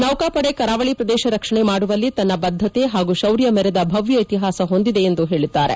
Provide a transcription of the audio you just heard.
ನೌಕಾಪದೆ ಕರಾವಳಿ ಪ್ರದೇಶ ರಕ್ಷಣೆ ಮಾಡುವಲ್ಲಿ ತನ್ನ ಬದ್ದತೆ ಹಾಗೂ ಶೌರ್ಯ ಮೆರೆದ ಭವ್ಯ ಇತಿಹಾಸ ಹೊಂದಿದೆ ಎಂದು ಹೇಳಿದ್ದಾರೆ